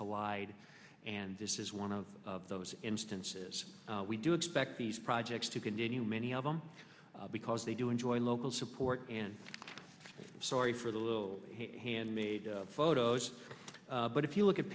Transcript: collide and this is one of those instances we do expect these projects to continue many of them because they do enjoy local support and sorry for the little handmade photos but if you look at